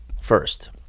first